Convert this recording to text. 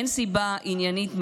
אין סיבה עניינית ממש,